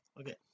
okay